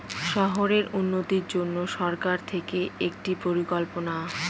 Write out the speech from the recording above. শহরের উন্নতির জন্য সরকার থেকে একটি পরিকল্পনা